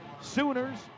Sooners